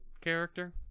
character